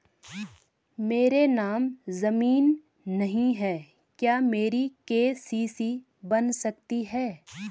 मेरे नाम ज़मीन नहीं है क्या मेरी के.सी.सी बन सकती है?